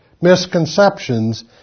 misconceptions